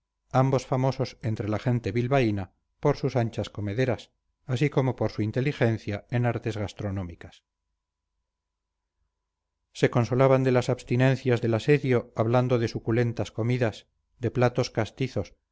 ambos famosos entre la gente bilbaína por sus anchas comederas así como por su inteligencia en artes gastronómicas se consolaban de las abstinencias del asedio hablando de suculentas comidas de platos castizos